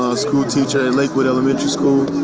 ah school teacher at lakewood elementary school,